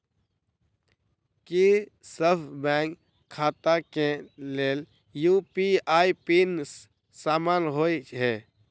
की सभ बैंक खाता केँ लेल यु.पी.आई पिन समान होइ है?